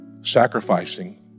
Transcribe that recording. sacrificing